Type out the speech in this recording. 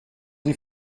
sie